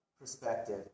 perspective